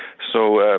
so ah